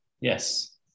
yes